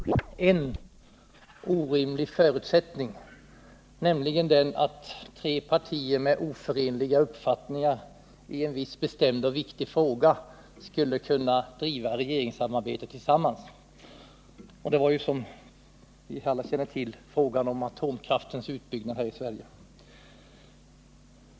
Herr talman! Den borgerliga trepartiregeringen byggde på en orimlig förutsättning, nämligen den att tre partier med oförenliga uppfattningar i en viss bestämd och viktig fråga skulle kunna driva regeringssamarbete. Det var, som vi alla känner till, fråga om atomkraftens utbyggnad i Sverige.